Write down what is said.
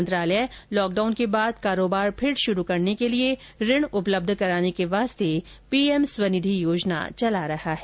मंत्रालय लॉकडाउन के बाद कारोबार फिर शुरू करने के लिए ऋण उपलब्ध कराने के लिए पीएम स्वनिधि योजना चला रहा है